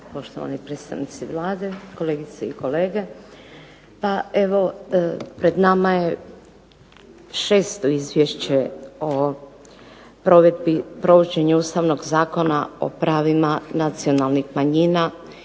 Poštovani predstavnici Vlade, kolegice i kolege. Pa evo pred nama je šesto Izvješće o provođenju Ustavnog zakona o pravima nacionalnih manjina